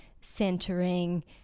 centering